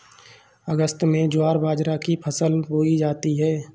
अगस्त में ज्वार बाजरा की फसल बोई जाती हैं